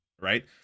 right